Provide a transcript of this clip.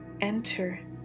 enter